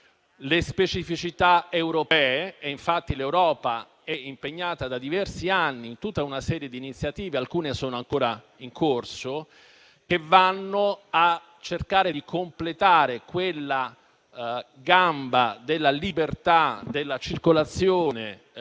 le specificità europee, e infatti l'Europa è impegnata da diversi anni in tutta una serie di iniziative - alcune delle quali sono ancora in corso - che cercano di completare quella gamba della libertà della circolazione dei